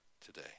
today